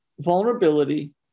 vulnerability